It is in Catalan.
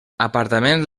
apartaments